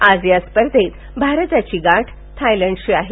आज या स्पर्धेत भारताची गाठ थायलंडशी आहे